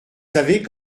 savez